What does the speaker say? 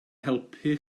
helpu